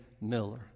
Miller